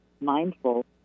mindful